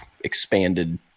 expanded